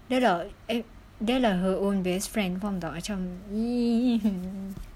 dah lah eh dah lah her own best friend faham tak macam !ee!